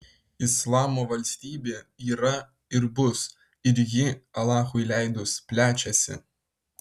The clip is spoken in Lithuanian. islamo valstybė yra ir bus ir ji alachui leidus plečiasi